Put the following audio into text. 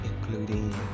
including